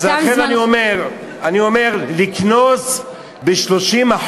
אז לכן אני אומר, לקנוס ב-30%